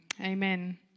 Amen